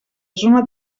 zona